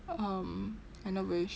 um I not very